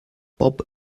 bob